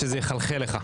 שאלה חשובה.